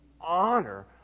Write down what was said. honor